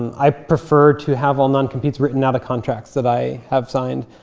i prefer to have all non-competes written out of contracts that i have signed.